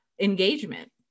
engagement